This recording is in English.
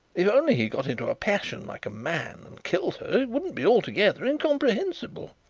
if only he got into a passion like man and killed her it wouldn't be altogether incomprehensible.